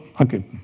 okay